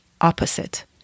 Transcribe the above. opposite